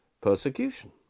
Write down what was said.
persecution